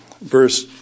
verse